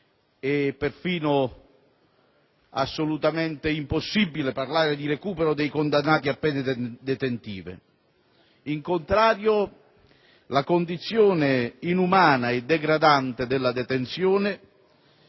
e perfino assolutamente impossibile parlare di recupero dei condannati a pene detentive. Al contrario, la condizione inumana e degradante della detenzione